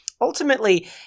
Ultimately